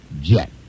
jet